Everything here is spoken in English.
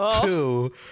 two